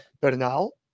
Bernal